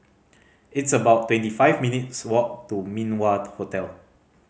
it's about twenty five minutes' walk to Min Wah Hotel